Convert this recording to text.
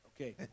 Okay